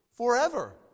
forever